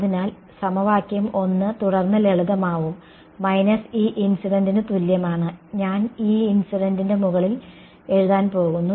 അതിനാൽ ഈ സമവാക്യം 1 തുടർന്ന് ലളിതമാവും മൈനസ് E ഇൻസിഡന്റിന് തുല്യമാണ് ഞാൻ E ഇൻസിഡന്റ് മുകളിൽ എഴുതാൻ പോകുന്നു